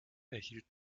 erhielt